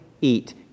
eat